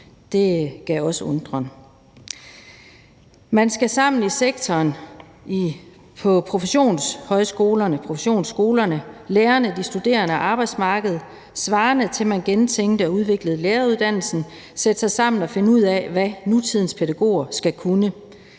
Det gav også undren. Man skal sammen i sektoren på professionshøjskolerne og professionsskolerne og med lærerne, de studerende og arbejdsmarkedet, svarende til at man gentænkte og udviklede læreruddannelsen, sætte sig sammen og finde ud af, hvad nutidens pædagoger skal kunne.